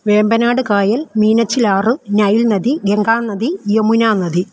വേമ്പനാട് കായല് മീനച്ചിലാറ് നൈല് നദി ഗംഗാനദി യമുനാനദി